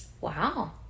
Wow